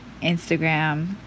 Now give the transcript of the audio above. Instagram